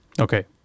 Okay